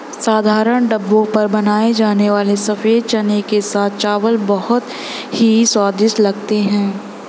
साधारण ढाबों पर बनाए जाने वाले सफेद चने के साथ चावल बहुत ही स्वादिष्ट लगते हैं